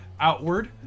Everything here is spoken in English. outward